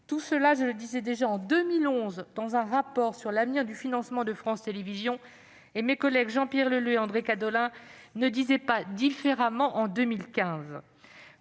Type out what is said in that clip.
Tout cela, je le disais déjà en 2011 dans un rapport sur l'avenir du financement de France Télévisions, et mes collègues Jean-Pierre Leleux et André Gattolin ne disaient pas autrement en 2015.